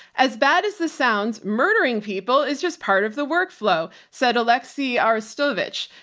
as bad as this sounds murdering people is just part of the workflow, said alexey arestovich,